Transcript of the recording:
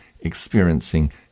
experiencing